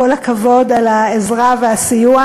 כל הכבוד על העזרה והסיוע.